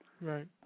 Right